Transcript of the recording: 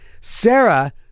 Sarah